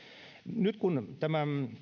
nyt kun tämä